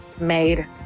made